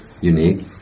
unique